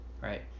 right